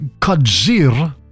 kadzir